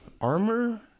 armor